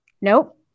Nope